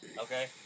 Okay